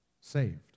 saved